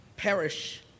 perish